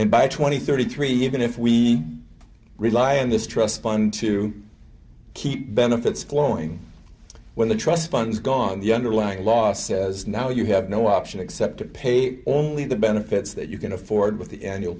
and by twenty thirty three even if we rely on this trust fund to keep benefits glowing when the trust funds gone the underlying law says now you have no option except to pay only the benefits that you can afford with the annual